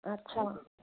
अछा